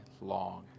long